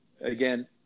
again